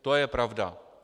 To je pravda.